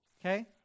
Okay